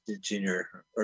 Junior